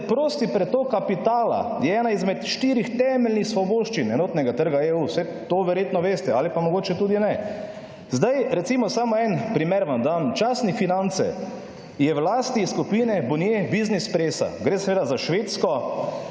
Zdaj, prosti pretok kapitala je ena izmed štirih temeljnih svoboščin enotnega trga EU. Saj to verjetno veste ali pa mogoče tudi ne. Zdaj, recimo, samo en primer vam dam. Časnik Finance je v lasti skupine Bonnier Business Press-a. Gre seveda za švedsko